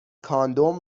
کاندوم